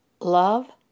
love